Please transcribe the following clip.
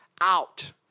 out